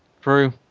true